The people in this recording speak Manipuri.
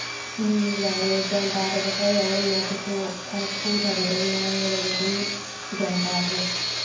ꯎꯝ ꯌꯥꯏꯌꯦ ꯒ꯭ꯌꯥꯟ ꯇꯥꯗꯕ ꯈꯔ ꯌꯥꯎꯔꯝꯃꯦ ꯑꯗꯨꯁꯨ ꯈꯔ ꯐꯨꯊꯕꯗꯒꯤ ꯉꯥꯡꯕꯗꯒꯤ ꯑꯗꯨꯝ ꯒ꯭ꯌꯥꯟ ꯇꯥꯈ꯭ꯔꯦ